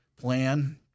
plan